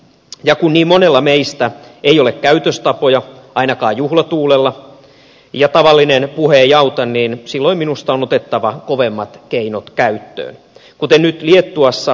ja kun niin monella meistä ei ole käytöstapoja ainakaan juhlatuulella ja tavallinen puhe ei auta niin silloin minusta on otettava kovemmat keinot käyttöön kuten nyt liettuassa